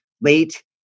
late